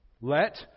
Let